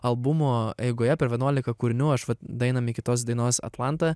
albumo eigoje per vienuolika kūrinių aš vat dainą iki tos dainos atlanta